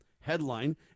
headline